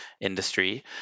industry